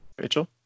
Rachel